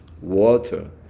water